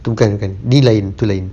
tu bukan bukan dia lain tu lain